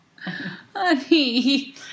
honey